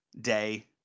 day